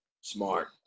Smart